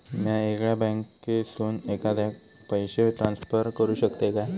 म्या येगल्या बँकेसून एखाद्याक पयशे ट्रान्सफर करू शकतय काय?